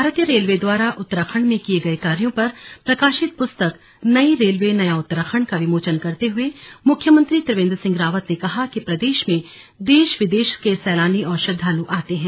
भारतीय रेलवे द्वारा उत्तराखण्ड में किये गये कार्यों पर प्रकाशित पुस्तक नई रेलवे नया उत्तराखण्ड का विमोचन करते हुए मुख्यमंत्री त्रिवेंद्र सिंह रावत ने कहा कि प्रदेश में देश विदेश के सैलानी और श्रद्वाल आते हैं